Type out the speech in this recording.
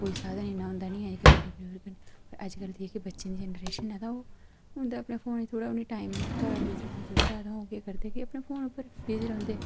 कोई साधन इ'न्ना होंदा निं ऐ की अजकल जेह्के बच्चें दी जेनेरेशन ऐ तां ओह् अपने फोन पर घर कुसै चीज़ै उप्परा तां ओह् केह् करदे की अपने फोन पर विज़ी रौंह्दे